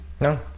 No